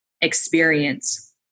experience